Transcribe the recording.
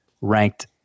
ranked